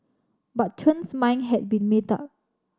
but Chen's mind had been made up